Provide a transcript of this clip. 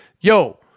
yo